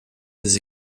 des